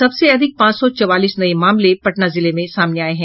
सबसे अधिक पांच सौ चौवालीस नये मामले पटना जिले में सामने आये हैं